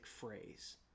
phrase